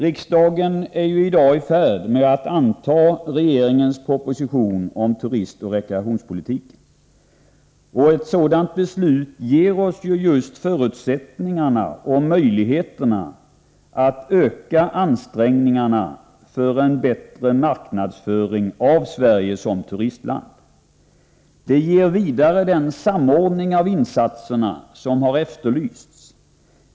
Riksdagen är i dag i färd med att anta regeringens proposition om turistoch rekreationspolitik. Det beslut som kommer att fattas ger oss just förutsättningarna och möjligheterna att öka ansträngingarna för en bättre marknadsföring av Sverige som turistland. Det ger vidare den samordning av insatserna som har efterlysts.